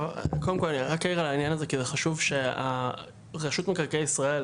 קודם כל אני רק אעיר על העניין הזה כי זה חשוב שרשות מקרקעי ישראל,